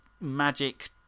magic